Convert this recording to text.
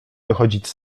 wychodzić